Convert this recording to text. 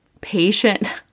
patient